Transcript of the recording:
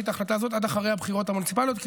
את ההחלטה הזאת עד אחרי הבחירות המוניציפליות,